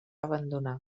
abandonar